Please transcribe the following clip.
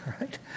right